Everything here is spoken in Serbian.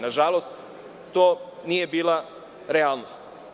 Nažalost, to nije bila realnost.